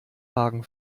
hagen